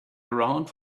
around